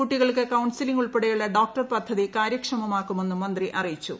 കൂട്ടികൾക്ക് counselling ഉൾപ്പടെയുള്ള doctor പദ്ധതി ക്കാര്യക്ഷമമാക്കുമെന്നും മന്ത്രി അറിയിച്ചു